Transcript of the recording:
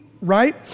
right